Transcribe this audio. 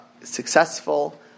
successful